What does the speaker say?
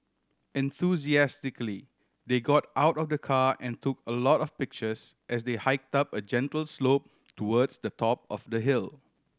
enthusiastically they got out of the car and took a lot of pictures as they hiked up a gentle slope towards the top of the hill